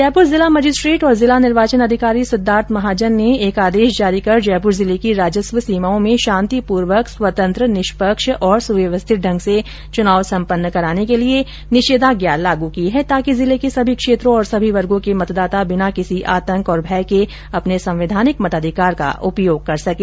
जयपुर जिला मजिस्ट्रेट और जिला निर्वाचन अधिकारी सिद्धार्थ महाजन ने एक आदेश जारी कर जयपुर जिले की राजस्व सीमाओं में शांतिपूर्वक स्वतंत्र निष्पक्ष और सुव्यवस्थित ढंग से चुनाव सम्पन्न कराने के लिए निषेधाज्ञा लागू की है ताकि जिले के सभी क्षेत्रों और सभी वर्गो के मतदाता बिना किसी आतंक और भय के अपने संवैधानिक मतधिकार का उपयोग कर सकें